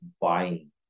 buying